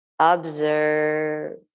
Observe